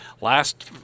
last